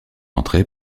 entrée